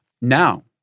Now